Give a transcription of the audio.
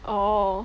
orh